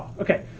okay.